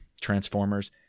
transformers